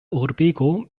urbego